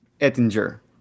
Ettinger